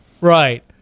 Right